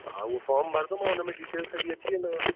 हा हू फ़ॉर्म भरदोमाव उनमें डिटेल सॼी अची वेंदव